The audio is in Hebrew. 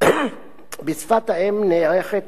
בשפת האם נערכת